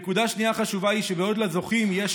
נקודה שנייה חשובה היא שבעוד לזוכים יש